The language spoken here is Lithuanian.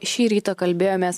šį rytą kalbėjomės